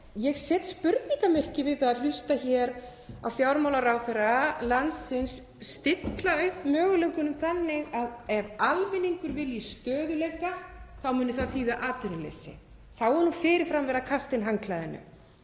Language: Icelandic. ég set spurningarmerki við að hlusta á fjármálaráðherra landsins stilla upp möguleikunum þannig að ef almenningur vilji stöðugleika þá muni það þýða atvinnuleysi. Þá er nú fyrir fram verið að kasta inn handklæðinu.